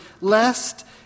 lest